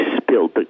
spilled